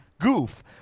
goof